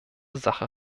sache